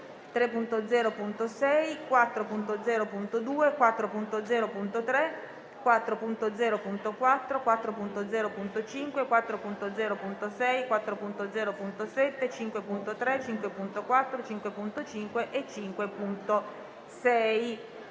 3.0.6, 4.0.2, 4.0.3, 4.0.4, 4.0.5, 4.0.6, 4.0.7, 5.3, 5.4, 5.5 e 5.6.